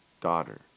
Daughter